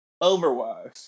otherwise